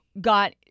got